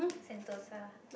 Sentosa